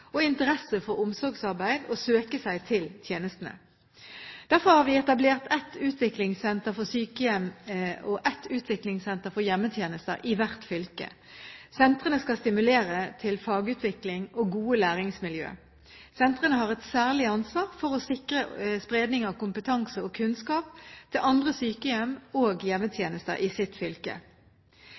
og interesse for omsorgsarbeid å søke seg til tjenestene. Derfor har vi etablert ett utviklingssenter for sykehjem og ett utviklingssenter for hjemmetjenester i hvert fylke. Sentrene skal stimulere til fagutvikling og gode læringsmiljøer. Sentrene har et særlig ansvar for å sikre spredning av kompetanse og kunnskap til andre sykehjem og hjemmetjenester i sitt fylke.